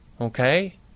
Okay